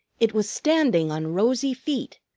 it was standing on rosy feet,